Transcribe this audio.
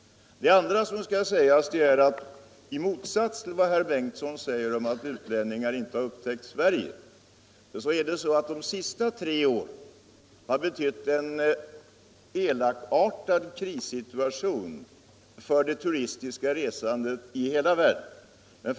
Herr Bengtson säger att utlänningar inte har upptäckt Sverige. Förhållandet är det motsatta. De senaste tre åren har medfört en elakartad krissituation för turistresandet i hela världen.